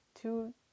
two